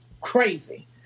crazy